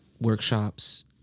workshops